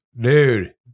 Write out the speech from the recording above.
Dude